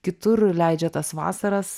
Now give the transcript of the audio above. kitur leidžia tas vasaras